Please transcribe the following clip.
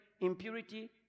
impurity